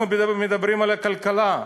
אנחנו מדברים על הכלכלה.